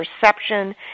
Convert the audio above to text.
perception